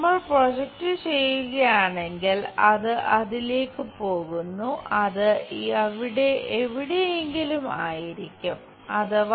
നമ്മൾ പ്രൊജക്റ്റ് ചെയ്യുകയാണെങ്കിൽ അത് അതിലേക്ക് പോകുന്നു അത് ഇവിടെ എവിടെയെങ്കിലും ആയിരിക്കും അഥവാ